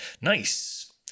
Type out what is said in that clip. Nice